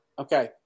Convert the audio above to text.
Okay